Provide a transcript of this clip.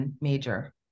major